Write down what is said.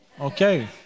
Okay